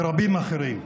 ורבים אחרים.